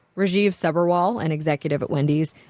rajeev sabharwal, an executive at wendy's,